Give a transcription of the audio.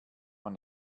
man